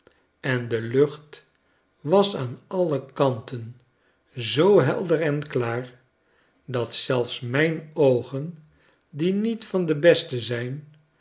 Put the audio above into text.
en de lucht was aan alle kanten zoo helder en klaar dat zelfs mijnoogen die niet van de beste zijn